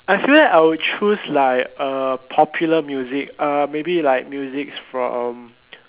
I feel that I would choose like uh popular music uh maybe like music from